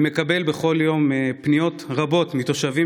אני מקבל כל יום פניות רבות מתושבים